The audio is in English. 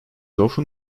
often